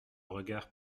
regard